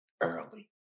Early